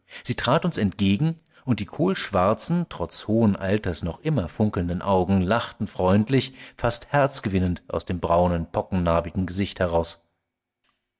sie trat uns entgegen und die kohlschwarzen trotz hohen alters noch immer funkelnden augen lachten freundlich fast herzgewinnend aus dem braunen pockennarbigen gesicht heraus